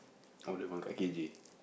or the one five K_G